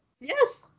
yes